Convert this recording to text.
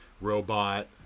robot